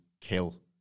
kill